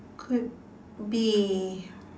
could be